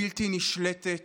בלתי נשלטת